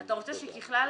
אתה רוצה שככלל